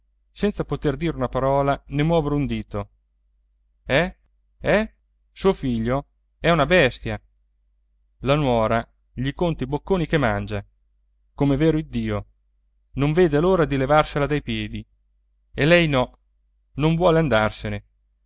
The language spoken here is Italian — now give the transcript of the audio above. senza poter dire una parola né muovere un dito eh eh suo figlio è una bestia la nuora gli conta i bocconi che mangia com'è vero iddio non vede l'ora di levarsela dai piedi e lei no non vuole andarsene